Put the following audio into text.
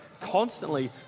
constantly